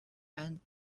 and